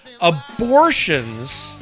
abortions